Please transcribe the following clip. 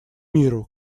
миру